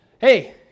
Hey